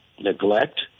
neglect